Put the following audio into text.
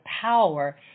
power